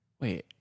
wait